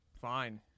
Fine